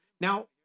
Now